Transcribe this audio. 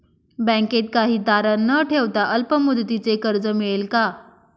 बँकेत काही तारण न ठेवता अल्प मुदतीचे कर्ज मिळेल का?